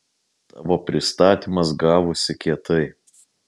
tavo pristatymas gavosi kietai